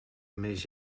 més